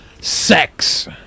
Sex